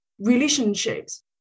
relationships